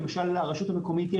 ברשות המקומית,